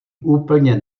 úplně